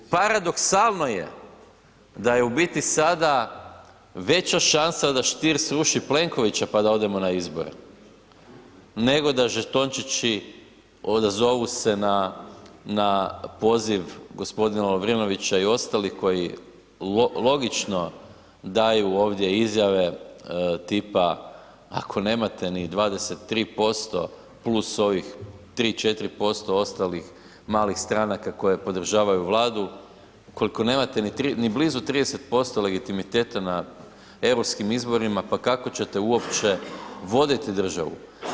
Paradoksalno je da je u biti sada veća šansa da Stier sruši Plenkovića pa da odemo na izbore, nego da žetončići odazovu se na poziv g. Lovrinovića i ostalih koji logično daju ovdje izjave tipa, ako nemate ni 23% + ovih 3, 4% ostalih malih stranaka koje podržavaju Vladu, ukoliko nemate ni blizu 30% legitimiteta na EU izborima, pa kako ćete uopće voditi državu?